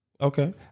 Okay